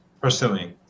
pursuing